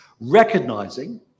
Recognizing